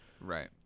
Right